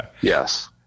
Yes